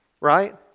right